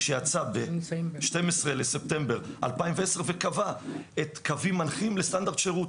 שיצא ב-12 בספטמבר 2010 וקבע קווים מנחים לסטנדרט שירות,